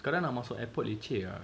sekarang nak masuk airport leceh ah